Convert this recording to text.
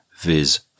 viz